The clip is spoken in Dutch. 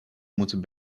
moeten